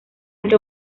mucho